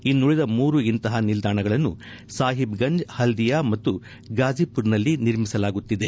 ಇನ್ನುಳಿದ ಮೂರು ಇಂತಹ ನಿಲ್ದಾಣಗಳನ್ನು ಸಾಹಿಬ್ ಗಂಜ್ ಹಲ್ದಿಯಾ ಮತ್ತು ಗಾಝಿಪುರ್ನಲ್ಲಿ ನಿರ್ಮಿಸಲಾಗುತ್ತಿದೆ